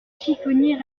chiffonnier